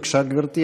בבקשה, גברתי.